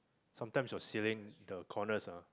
sometimes your ceiling the corners ah